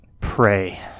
Pray